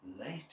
Later